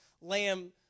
lamb